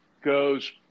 goes